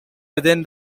within